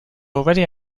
already